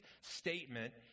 statement